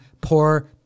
poor